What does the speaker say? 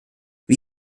wie